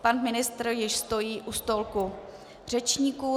Pan ministr už stojí u stolku řečníků.